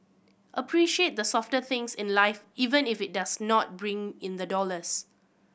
appreciate the softer things in life even if it does not bring in the dollars